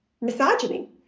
misogyny